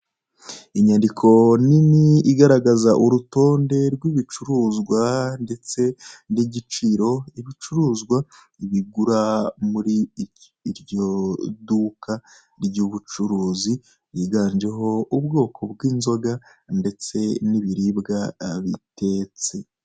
Inyandiko nini igaragaza urutonde rw'ibicuruzwa, ndetse n'igiciro ibicuruzwa bigura, mu iryo duka ry'ubucuruzi ryiganjemo ubwoko bw'inzoga ndetse n'ibiribwa bitetse.